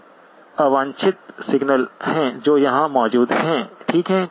कुछ अवांछित सिग्नलहै जो यहां मौजूद है ठीक है